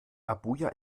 abuja